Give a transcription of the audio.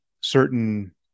certain